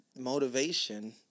motivation